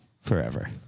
forever